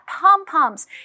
pom-poms